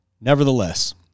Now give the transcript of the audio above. Nevertheless